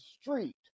street